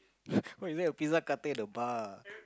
why is there a pizza cutter at the bar